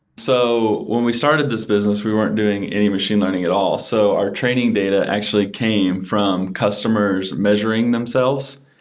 so when we started this business, we weren't doing any machine learning at all. so our training data actually came from customers measuring themselves.